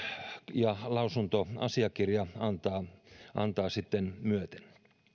ja lausuntoasiakirja antavat myöten